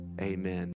Amen